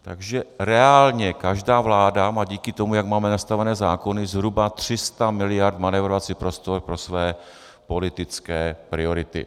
Takže reálně každá vláda má díky tomu, jak máme nastavené zákony, zhruba 300 mld. manévrovací prostor pro své politické priority.